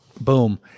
Boom